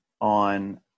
on